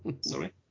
sorry